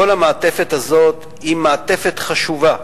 כל המעטפת הזאת היא מעטפת חשובה,